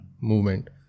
movement